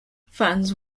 fans